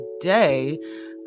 today